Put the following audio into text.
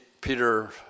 Peter